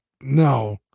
No